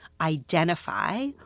identify